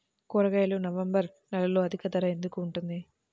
కూరగాయలు నవంబర్ నెలలో అధిక ధర ఎందుకు ఉంటుంది?